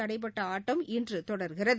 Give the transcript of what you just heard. தடைபட்டஆட்டம் இன்றுதொட்கிறது